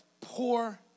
poor